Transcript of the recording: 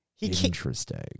Interesting